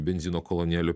benzino kolonėlių